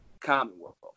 Commonwealth